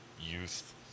youth